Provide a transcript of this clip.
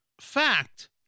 fact